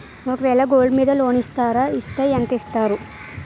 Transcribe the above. ఒక వేల గోల్డ్ మీద లోన్ ఇస్తారా? ఇస్తే ఎంత ఇస్తారు?